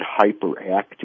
hyperactive